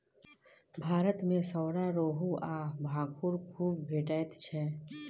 भारत मे सौरा, रोहू आ भाखुड़ खुब भेटैत छै